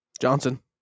Johnson